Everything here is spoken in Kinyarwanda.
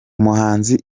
umuhanzi